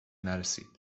نرسید